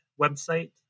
website